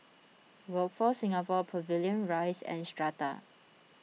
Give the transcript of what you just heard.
Workforce Singapore Pavilion Rise and Strata